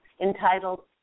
entitled